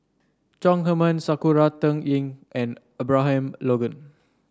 Chong Heman Sakura Teng Ying and Abraham Logan